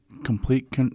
complete